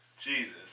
Jesus